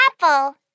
apple